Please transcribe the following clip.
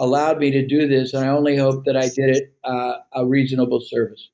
allowed me to do this. i only hope that i did it a ah reasonable service.